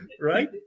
right